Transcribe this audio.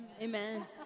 Amen